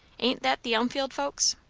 ain't that the elmfield folks?